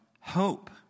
hope